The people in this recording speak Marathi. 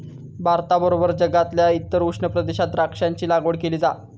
भारताबरोबर जगातल्या इतर उष्ण प्रदेशात द्राक्षांची लागवड केली जा